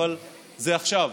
אבל זה עכשיו,